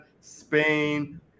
Spain